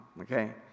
okay